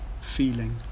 feeling